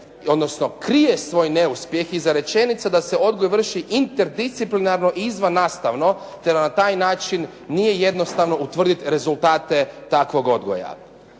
odnosno krije svoj neuspjeh iza rečenice da se odgoj vrši interdisciplinarno i izvan nastavno, te na taj način nije jednostavno utvrditi rezultate takvog odgoja.